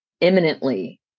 imminently